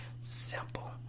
simple